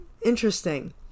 Interesting